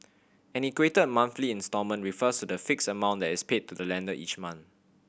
an equated monthly instalment refers to the fixed amount that is paid to the lender every month